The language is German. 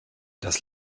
das